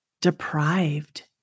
deprived